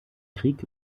krieg